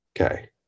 Okay